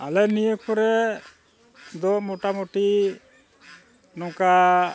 ᱟᱞᱮ ᱱᱤᱭᱟᱹ ᱠᱚᱨᱮ ᱫᱚ ᱢᱚᱴᱟ ᱢᱩᱴᱤ ᱱᱚᱝᱠᱟ